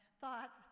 thought